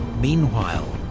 meanwhile,